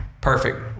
perfect